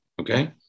okay